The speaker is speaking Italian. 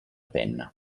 penna